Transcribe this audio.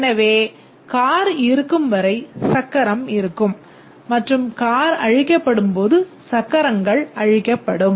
எனவே கார் இருக்கும் வரை சக்கரம் இருக்கும் மற்றும் கார் அழிக்கப்படும் போது சக்கரங்கள் அழிக்கப்படும்